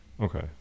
Okay